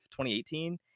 2018